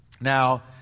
Now